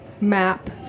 map